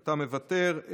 אתה מוותר.